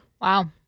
Wow